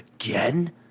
again